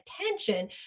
attention